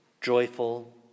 joyful